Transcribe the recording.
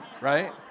Right